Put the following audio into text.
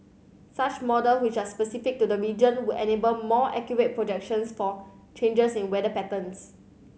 such models which are specific to the region would enable more accurate projections for changes in weather patterns